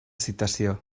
citació